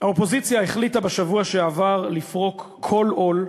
האופוזיציה החליטה בשבוע שעבר לפרוק כל עול,